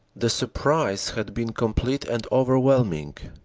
the surprise had been complete and overwhelming.